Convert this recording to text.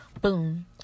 Boom